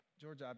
George